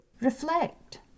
Reflect